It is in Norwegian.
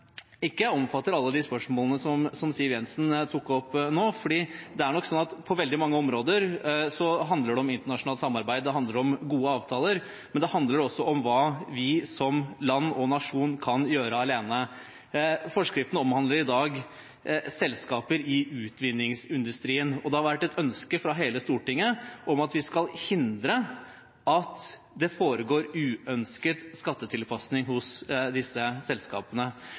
helsetjenester. Jeg tror nok det er i dette bildet vi må forstå hvorfor veldig mange av de humanitære organisasjonene engasjerer seg så sterkt i dette spørsmålet. Vi diskuterer i dag et forslag som ikke omfatter alle de spørsmålene som statsråd Siv Jensen tok opp nå. Det er nok slik at på veldig mange områder handler det om internasjonalt samarbeid, det handler om gode avtaler – men det handler også om hva vi som land og nasjon kan gjøre alene. Forskriften omhandler i dag selskaper i utvinningsindustrien. Det